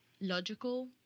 logical